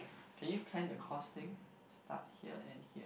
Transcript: can you plan the cost thing start here and here